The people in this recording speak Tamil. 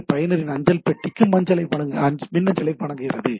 ஏ பயனரின் அஞ்சல் பெட்டிக்கு மின்னஞ்சலை வழங்குகிறது